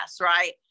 right